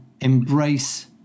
embrace